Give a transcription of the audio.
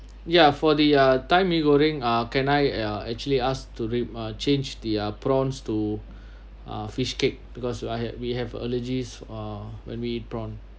ya for the uh thai mee goreng ah can I uh actually asked to rem~ uh change their prawns to uh fishcake because uh I had we have allergies uh when we eat prawn